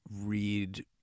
read